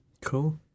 cool